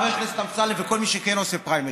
חבר הכנסת אמסלם וכל מי שכן עושה פריימריז,